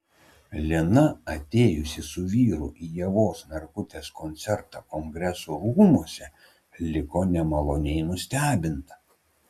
lina atėjusi su vyru į ievos narkutės koncertą kongresų rūmuose liko nemaloniai nustebinta